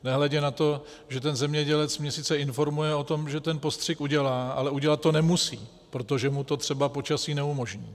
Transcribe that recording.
Nehledě na to, že zemědělec mě sice informuje o tom, že postřik udělá, ale udělat to nemusí, protože mu to třeba počasí neumožní.